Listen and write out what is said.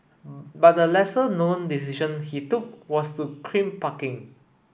but a lesser known decision he took was to crimp parking